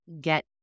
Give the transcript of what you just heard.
get